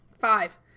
Five